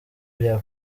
bya